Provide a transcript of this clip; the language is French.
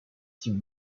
type